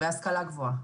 וגם ההשכלה הגבוהה.